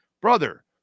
brother